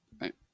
Right